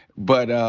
but,